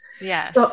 Yes